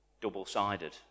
double-sided